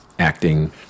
Acting